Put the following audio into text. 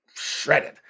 shredded